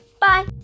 Bye